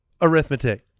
arithmetic